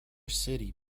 city